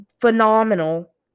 phenomenal